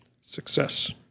Success